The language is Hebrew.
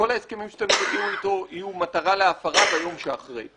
כל ההסכמים שאתם תקיימו איתו יהיו במטרה להפר אותם ביום שאחרי,